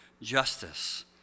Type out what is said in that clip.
justice